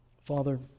Father